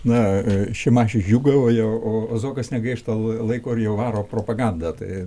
na šimašius džiūgavo jau o zuokas negaišta laiko ir jau varo propagandą tai